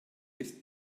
ist